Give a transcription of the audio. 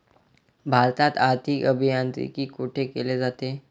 भारतात आर्थिक अभियांत्रिकी कोठे केले जाते?